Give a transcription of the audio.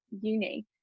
uni